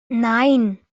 nein